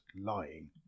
lying